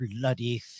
bloody